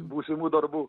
būsimų darbų